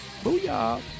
Booyah